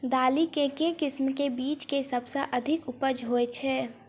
दालि मे केँ किसिम केँ बीज केँ सबसँ अधिक उपज होए छै?